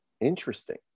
interesting